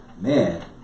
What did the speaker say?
man